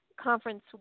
conference